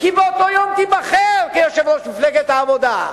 כי באותו יום תיבחר כיושב-ראש מפלגת העבודה.